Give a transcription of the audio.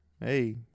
hey